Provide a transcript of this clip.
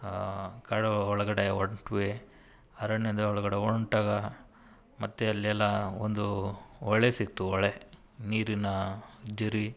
ಕಾಡು ಒಳಗಡೆ ಹೊರ್ಟ್ವಿ ಅರಣ್ಯದೊಳಗಡೆ ಹೊರ್ಟಾಗ ಮತ್ತೆ ಅಲ್ಲಿ ಎಲ್ಲ ಒಂದು ಹೊಳೆ ಸಿಕ್ಕಿತ್ತು ಹೊಳೆ ನೀರಿನ ಝರಿ